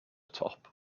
top